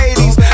80s